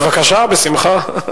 בבקשה, בשמחה.